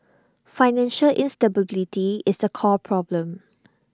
financial instability is the core problem